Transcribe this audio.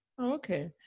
Okay